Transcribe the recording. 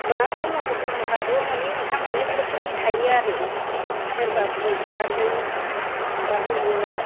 मा ब्रह्म धर्मफोराबो मोननै मोनथाम अनेक रोखोमनि थायो आरो सोरबा फुल बिबारजों माबा होयो